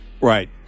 Right